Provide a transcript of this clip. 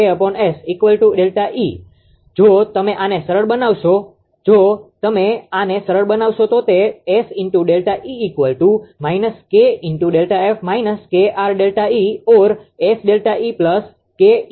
તેથી જો તમે આને સરળ બનાવશો જો તમે આને સરળ બનાવશો તો તે 𝑆ΔE −KΔF − KRΔE or 𝑆ΔE KEΔE −KΔF